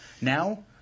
Now